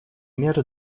меры